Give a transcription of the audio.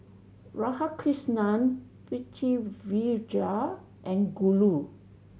Radhakrishnan Pritiviraj and Guru